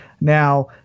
Now